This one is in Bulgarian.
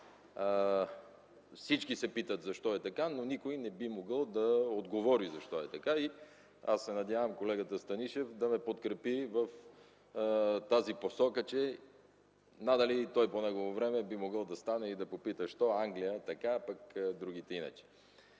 Всички се питат защо е така, но никой не би могъл да отговори защо е така. Аз се надявам колегата Станишев да ме подкрепи в тази посока, че надали и той по негово време би могъл да стане и да попита: защо Англия – така, пък другите – иначе?